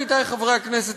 עמיתי חברי הכנסת,